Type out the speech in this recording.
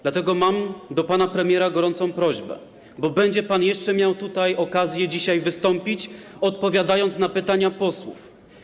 Dlatego mam do pana premiera gorącą prośbę, bo będzie pan jeszcze miał tutaj okazję dzisiaj wystąpić, odpowiadając na pytania posłów.